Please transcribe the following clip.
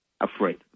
afraid